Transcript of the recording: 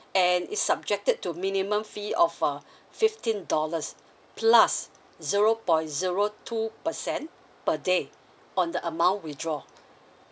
and it's subjected to minimum fee of uh fifteen dollars plus zero point zero two percent per day on the amount withdraw